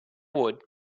wood